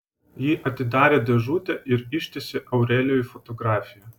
ji atidarė dėžutę ir ištiesė aurelijui fotografiją